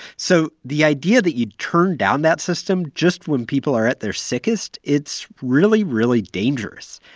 so the idea that you'd turn down that system just when people are at their sickest, it's really, really dangerous.